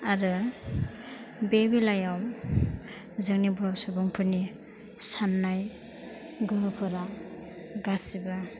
आरो बे बेलायाव जोंनि बर' सुबुंफोरनि साननाय गोहोफोरा गासैबो